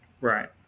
Right